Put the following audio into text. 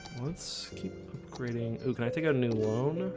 let's keep reading who can i think i knew loan.